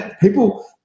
People